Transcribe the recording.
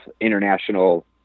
international